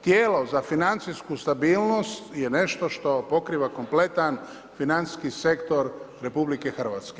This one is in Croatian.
Tijelo za financijsku stabilnost je nešto što pokriva kompletan financijski sektor RH.